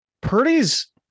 Purdy's